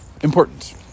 important